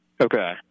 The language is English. Okay